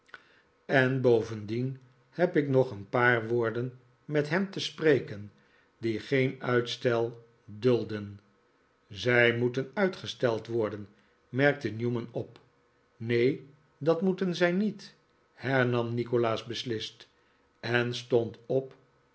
en bovendien heb ik nog een paar woorden met hem te spreken die geen uitstel dulden zij moeten uitgesteld worden merkte newman op neen dat moeten zij niet hernam nikolaas beslist en stond op